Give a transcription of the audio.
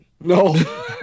No